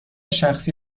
شخصی